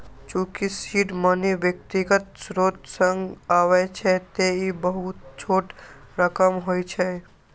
चूंकि seed money व्यक्तिगत स्रोत सं आबै छै, तें ई बहुत छोट रकम होइ छै